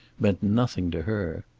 meant nothing to her.